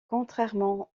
contrairement